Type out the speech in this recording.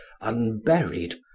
unburied